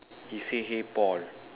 he say hey Paul